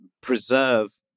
preserve